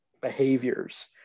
behaviors